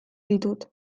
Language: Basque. ditut